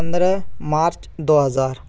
पंद्रह मार्च दो हज़ार